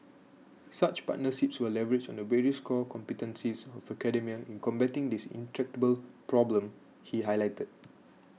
such partnerships will leverage on the various core competencies of academia in combating this intractable problem he highlighted